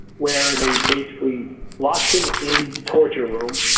where they basically locked him in the torture room,